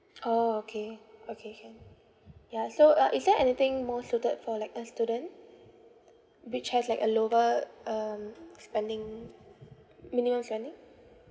orh okay okay can ya so uh is there anything more suited for like a student which has like a lower um spending minimum spending